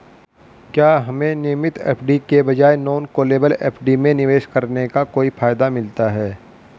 क्या हमें नियमित एफ.डी के बजाय नॉन कॉलेबल एफ.डी में निवेश करने का कोई फायदा मिलता है?